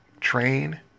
train